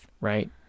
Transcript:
Right